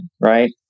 right